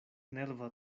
nerva